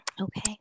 Okay